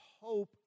hope